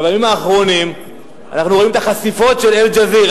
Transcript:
אבל בימים האחרונים אנחנו רואים את החשיפות של "אל-ג'זירה".